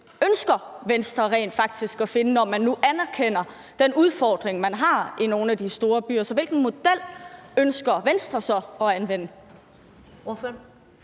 ønsker Venstre rent faktisk at finde, når man nu anerkender den udfordring, man har i nogle af de store byer? Hvilken model ønsker Venstre så at anvende?